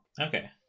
Okay